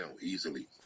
easily